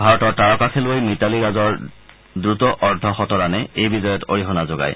ভাৰতৰ তাৰকা খেলুৱৈ মিতালী ৰাজৰ দ্ৰুত অৰ্ধ শতৰানে এই বিজয়ত অৰিহণা যোগায়